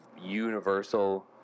universal